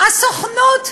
הסוכנות,